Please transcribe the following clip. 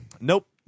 Nope